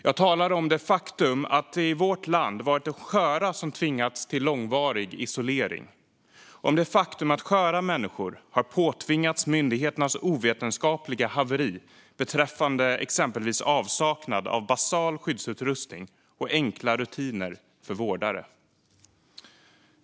Jag talar om det faktum att det i vårt land varit de sköra som tvingats till långvarig isolering och om det faktum att sköra människor har påtvingats myndigheternas ovetenskapliga haveri beträffande exempelvis avsaknad av basal skyddsutrustning och enkla rutiner för vårdare.